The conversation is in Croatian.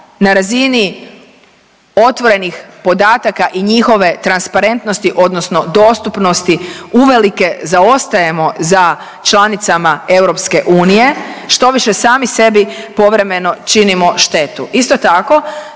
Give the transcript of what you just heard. na razini otvorenih podataka i njihove transparentnosti odnosno dostupnosti uvelike zaostajemo za članicama EU, štoviše sami sebi povremeno činimo štetu. Isto tako